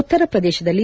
ಉತ್ತರ ಪ್ರದೇಶದಲ್ಲಿ